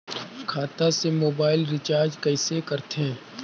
खाता से mobile recharge कइसे करथे